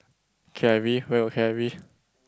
K_I_V where got K_I_V